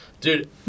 Dude